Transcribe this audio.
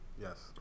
Yes